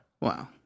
Wow